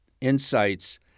insights